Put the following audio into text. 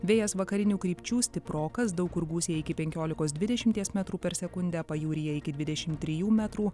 vėjas vakarinių krypčių stiprokas daug kur gūsiai iki penkiolikos dvidešimties metrų per sekundę pajūryje iki dvidešimt trijų metrų